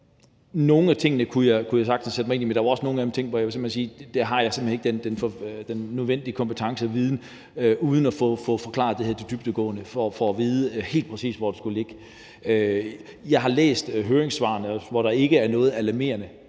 nogle af tingene kunne jeg sagtens sætte mig ind i, men der er også nogle af tingene, hvor jeg må sige, at der har jeg simpelt hen ikke den nødvendige kompetence og viden, hvis ikke jeg får forklaret det her i dybden og får at vide, helt præcis hvordan det er. Jeg har læst høringssvarene, hvor der ikke er noget grundlæggende